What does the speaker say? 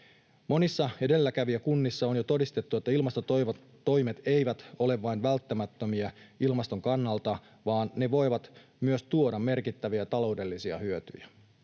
Monissa edelläkävijäkunnissa on jo todistettu, että ilmastotoimet eivät ole vain välttämättömiä ilmaston kannalta vaan ne voivat tuoda myös merkittäviä taloudellisia hyötyjä.